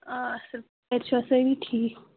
اصٕل گرٕ چھِو سٲری ٹھیٖک